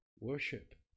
Worship